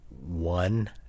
one